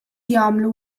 jagħmlu